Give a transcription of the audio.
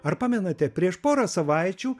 ar pamenate prieš porą savaičių